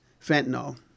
fentanyl